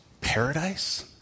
paradise